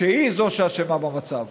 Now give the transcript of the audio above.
שהיא זו שאשמה במצב.